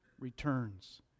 returns